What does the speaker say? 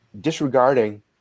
disregarding